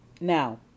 Now